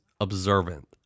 observant